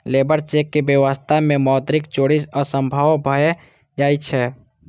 labour check के व्यवस्था मे मौद्रिक चोरी असंभव भए जाइ छै